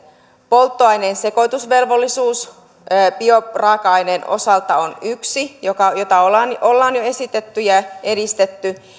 polttoaineen sekoitusvelvollisuus bioraaka aineen osalta on yksi jota ollaan ollaan jo esitetty ja edistetty